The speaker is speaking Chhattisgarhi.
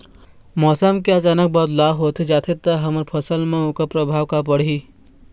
मौसम के अचानक बदलाव होथे जाथे ता हमर फसल मा ओकर परभाव का पढ़ी?